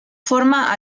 forma